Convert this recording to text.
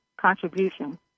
contribution